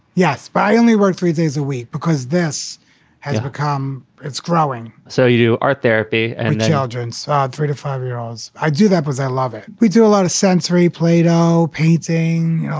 yes. i only work three days a week. because this has become it's growing. so you do art therapy and children start three to five year olds? i do. that was i love it. we do a lot of sensory play-doh painting.